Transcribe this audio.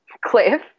cliff